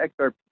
XRP